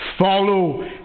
follow